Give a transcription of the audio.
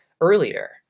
earlier